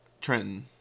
Trenton